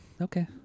okay